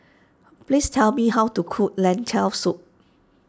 please tell me how to cook Lentil Soup